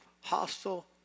Hostile